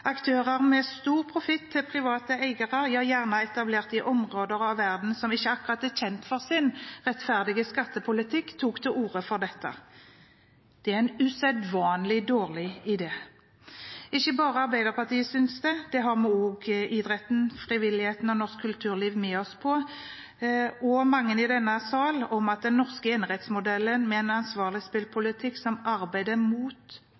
Aktører med stor profitt til private eiere, gjerne etablert i områder av verden som ikke akkurat er kjent for sin rettferdige skattepolitikk, tok til orde for dette. Det er en usedvanlig dårlig idé. Ikke bare Arbeiderpartiet synes det, det har vi også idretten, frivilligheten og norsk kulturliv med oss på. Også mange i denne sal er enig i dette, at den norske enerettsmodellen, med en ansvarlig spillpolitikk, arbeider mot